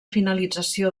finalització